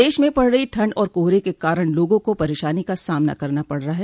प्रदेश में पड़ रही ठंड और कोहरे के कारण लोगों को परेशानी का सामना करना पड़ रहा है